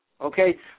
okay